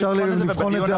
אפשר לבחון את זה,